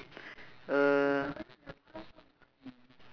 uh